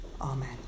Amen